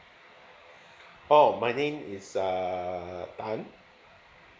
oh my name is uh tan